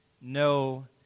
no